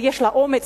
ויש לה אומץ,